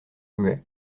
muet